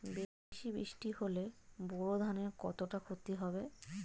বেশি বৃষ্টি হলে বোরো ধানের কতটা খতি হবে?